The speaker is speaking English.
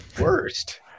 worst